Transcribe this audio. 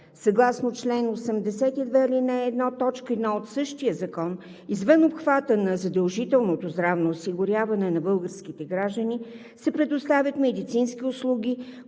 Съгласно чл. 82, ал. 1, т. 1 от същия закон, извън обхвата на задължителното здравно осигуряване на българските граждани се предоставят медицински услуги,